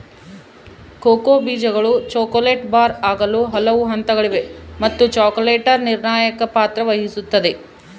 cocoa ಬೀಜಗಳು chocolate bar ಆಗಲು ಹಲವು ಹಂತಗಳಿವೆ ಮತ್ತು ಚಾಕೊಲೇಟರ್ ನಿರ್ಣಾಯಕ ಪಾತ್ರ ವಹಿಸುತ್ತದ